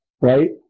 Right